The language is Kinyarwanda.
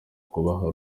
kubaha